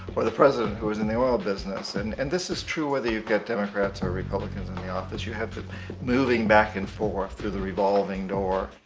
or the president who was in the oil business and and this is true whether you get democrats or republicans in the office. you have this moving back and forth through a revolving door.